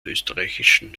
österreichischen